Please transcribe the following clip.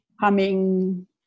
humming